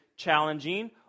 Challenging